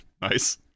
nice